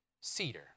cedar